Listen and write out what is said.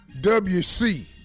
WC